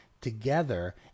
together